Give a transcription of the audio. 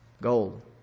Gold